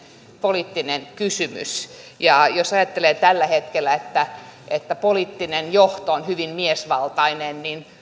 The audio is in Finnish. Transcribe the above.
poliittinen kysymys ja jos ajattelee että tällä hetkellä poliittinen johto on hyvin miesvaltainen niin